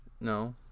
No